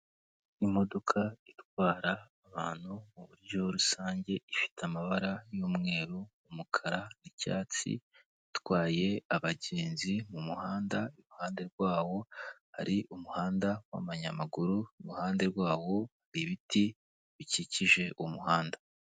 Imodoka itwara abantu mu buryo rusange ifite amabara y'umweru, umukara n'icyatsi, itwaye abagenzi mu muhanda, iruhande rwawo hari umuhanda w'amayamaguru, iruhande rwawo ibiti bikikije umuhanda.